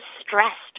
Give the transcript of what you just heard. stressed